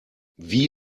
wie